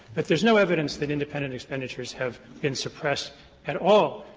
but there's no evidence that independent expenditures have been suppressed at all,